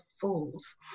fools